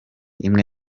imwe